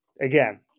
Again